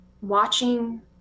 watching